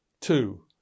Two